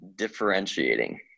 Differentiating